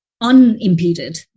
unimpeded